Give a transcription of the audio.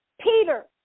Peter